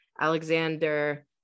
Alexander